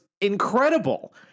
incredible